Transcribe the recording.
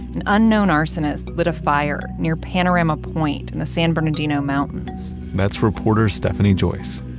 an unknown arsonist lit a fire near panorama point in the san bernardino mountains that's reporter stephanie joyce.